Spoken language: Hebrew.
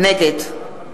נגד